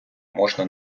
можна